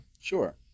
Sure